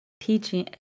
teaching